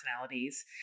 personalities